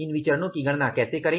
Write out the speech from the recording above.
इन विचरणो की गणना कैसे करें